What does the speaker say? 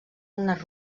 unes